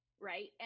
Right